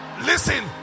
listen